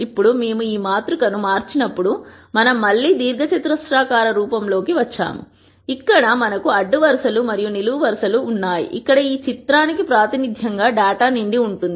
ఇప్పుడు మేము ఈ మాతృక ను మార్చి నప్పుడు మనం మళ్ళీ దీర్ఘచతురస్రాకార రూపం లోకి వచ్చాము ఇక్కడ మనకు అడ్డు వరుస లు మరియు నిలువు వరుస లు ఉన్నాయి ఇక్కడ ఈ చిత్రానికి ప్రాతినిధ్యంగా డేటా నిండి ఉంటుంది